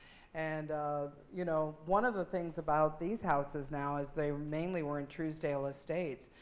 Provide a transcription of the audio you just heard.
and you know one of the things about these houses now is they mainly were in truesdale estates.